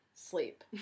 Sleep